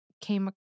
came